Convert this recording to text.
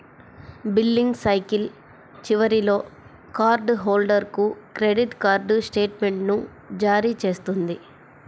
billing cycle చివరిలో card హోల్డర్కు credit card స్టేట్మెంట్ను జారీ చేస్తుంది